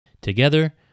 Together